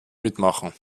mitmachen